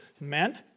men